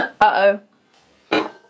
Uh-oh